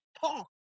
talk